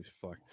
fuck